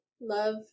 love